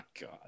god